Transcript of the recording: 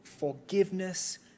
forgiveness